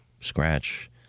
scratch